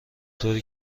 طوری